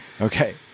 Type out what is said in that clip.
Okay